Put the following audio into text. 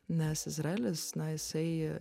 nes izraelis na jisai